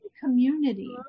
community